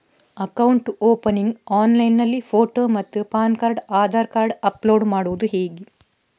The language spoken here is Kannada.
ಅಕೌಂಟ್ ಓಪನಿಂಗ್ ಆನ್ಲೈನ್ನಲ್ಲಿ ಫೋಟೋ ಮತ್ತು PAN card Aadhaar card upload ಮಾಡುವುದು?